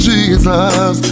Jesus